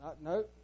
No